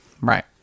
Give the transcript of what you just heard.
Right